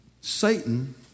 Satan